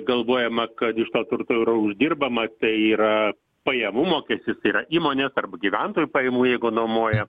galvojama kad iš to turto jau yra uždirbama tai yra pajamų mokestis tai yra įmonės tarp gyventojų pajamų jeigu nuomoja